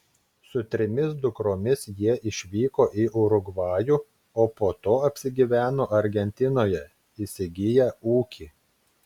su trimis dukromis jie išvyko į urugvajų o po to apsigyveno argentinoje įsigiję ūkį